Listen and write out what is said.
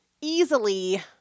easily